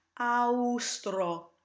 AUSTRO